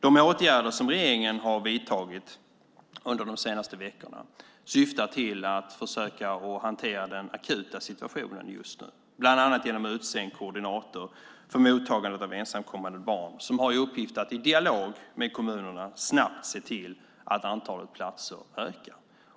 De åtgärder som regeringen har vidtagit under de senaste veckorna syftar till att försöka hantera den akuta situationen, bland annat genom att utse en koordinator för mottagandet av ensamkommande barn som har i uppgift att i dialog med kommunerna snabbt se till att antalet platser ökar.